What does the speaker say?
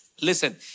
listen